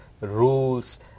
rules